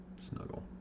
snuggle